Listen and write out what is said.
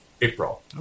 April